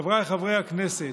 חבריי חברי הכנסת,